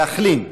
להחלים,